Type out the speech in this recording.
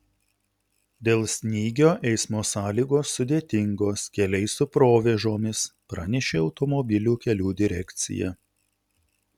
dėl snygio eismo sąlygos sudėtingos keliai su provėžomis pranešė automobilių kelių direkcija